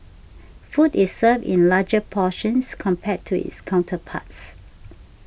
food is served in larger portions compared to its counterparts